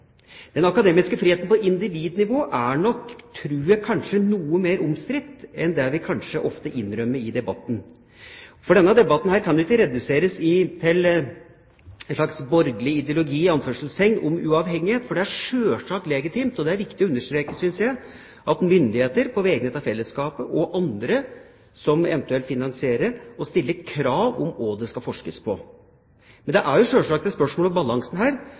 den akademiske friheten på individnivå nok er noe mer omstridt enn det vi kanskje innrømmer i debatten. Denne debatten kan ikke reduseres til en slags «borgerlig ideologi» om uavhengighet, for det er sjølsagt legitimt – og det er det viktig å understreke, syns jeg – av myndigheter på vegne av fellesskapet og andre som eventuelt finansierer, å stille krav om hva det skal forskes på. Men det er sjølsagt er spørsmål om balanse her,